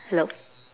hello